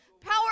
Power